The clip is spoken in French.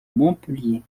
montpellier